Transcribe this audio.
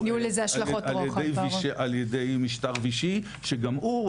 על ידי משטר שיעי שגם הוא,